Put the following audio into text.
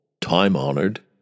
time-honored